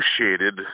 associated